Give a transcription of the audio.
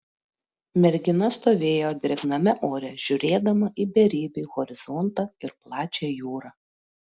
mergina stovėjo drėgname ore žiūrėdama į beribį horizontą ir plačią jūrą